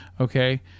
okay